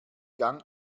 gang